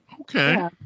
Okay